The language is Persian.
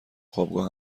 خوابگاه